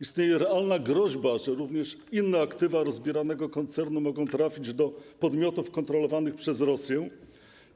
Istnieje realna groźba, że również inne aktywa rozbieranego koncernu mogą trafić do podmiotów kontrolowanych przez Rosję,